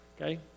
Okay